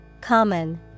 Common